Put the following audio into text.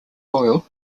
boyle